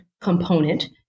component